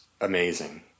amazing